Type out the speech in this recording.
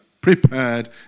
prepared